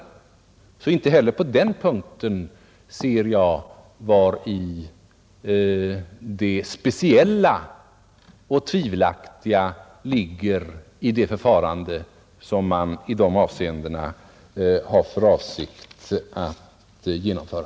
Inte heller på den punkten ser jag var i det speciella och tvivelaktiga ligger i det förfarande som man i de avseendena har för avsikt att genomföra.